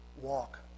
walk